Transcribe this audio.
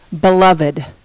beloved